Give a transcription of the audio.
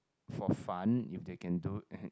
for fun if they can do